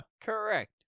Correct